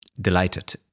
delighted